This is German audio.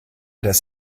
des